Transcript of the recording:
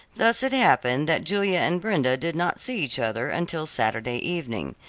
thus it happened that julia and brenda did not see each other until saturday evening.